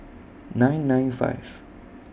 nine nine five